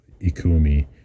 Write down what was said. ikumi